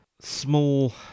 small